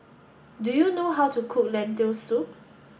do you know how to cook Lentil Soup